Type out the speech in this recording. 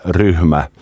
ryhmä